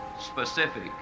specific